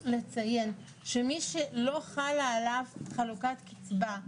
מי שלא חלה עליו חלוקת קצבה,